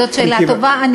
זאת שאלה טובה.